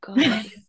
God